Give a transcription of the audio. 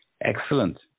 excellent